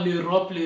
Europe